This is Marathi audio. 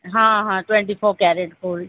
हां हां ट्वेंटी फोर कॅरेट गोल्ड